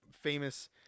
famous